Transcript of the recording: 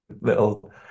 little